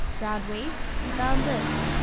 round waist, round limbs,